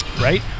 right